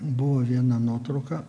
buvo viena nuotrauka